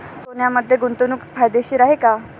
सोन्यामध्ये गुंतवणूक फायदेशीर आहे का?